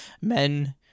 Men